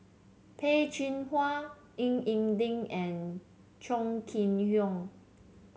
Peh Chin Hua Ying E Ding and Chong Kee Hiong